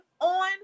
on